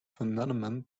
phenomenon